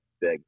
big